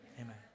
Amen